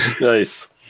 Nice